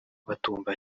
batumva